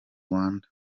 rwanda